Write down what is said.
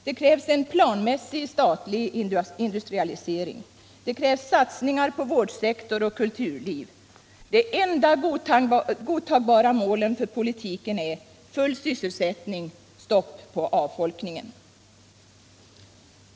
Det krävs en planmässig statlig industrialisering. Det krävs satsningar på vårdsektor och kulturliv. De enda godtagbara målen för politiken är full sysselsättning och stopp för avfolkningen.